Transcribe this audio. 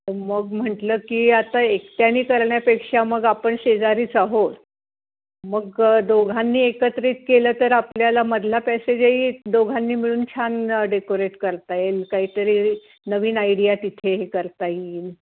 मग म्हटलं की आता एकट्याने करण्यापेक्षा मग आपण शेजारीच आहोत मग दोघांनी एकत्रित केलं तर आपल्याला मधला पॅसेजही दोघांनी मिळून छान डेकोरेट करता येईल काहीतरी नवीन आयडिया तिथे हे करता येईल